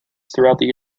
throughout